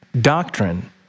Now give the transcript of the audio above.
doctrine